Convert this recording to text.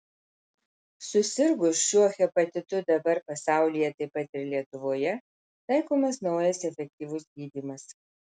susirgus šiuo hepatitu dabar pasaulyje taip pat ir lietuvoje taikomas naujas efektyvus gydymas